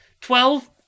Twelve